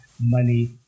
money